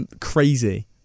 crazy